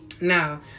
Now